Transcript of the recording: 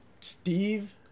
Steve